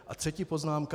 A třetí poznámka.